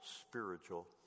spiritual